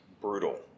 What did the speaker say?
brutal